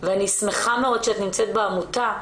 ואני שמחה מאוד שאת נמצאת בעמותה,